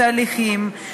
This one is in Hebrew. על התהליכים,